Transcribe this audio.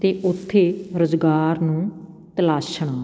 ਅਤੇ ਉੱਥੇ ਰੁਜ਼ਗਾਰ ਨੂੰ ਤਲਾਸ਼ਣਾ